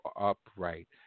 upright